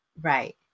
Right